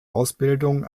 ausbildung